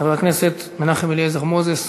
חבר הכנסת מנחם אליעזר מוזס,